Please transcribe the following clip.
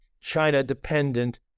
China-dependent